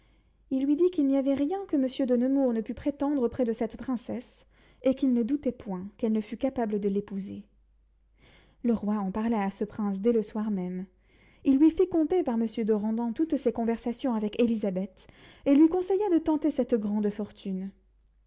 il lui dit qu'il n'y avait rien que monsieur de nemours ne pût prétendre auprès de cette princesse et qu'il ne doutait point qu'elle ne fût capable de l'épouser le roi en parla à ce prince dès le soir même il lui fit conter par monsieur de randan toutes ses conversations avec élisabeth et lui conseilla de tenter cette grande fortune